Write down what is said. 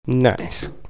Nice